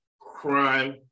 crime